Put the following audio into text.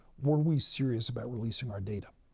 were we serious about releasing our data?